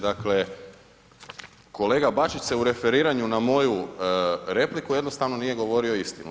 Dakle, kolega Bačić se u referiranju na moju repliku jednostavno nije govorio istinu.